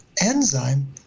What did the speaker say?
enzyme